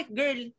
girl